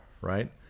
right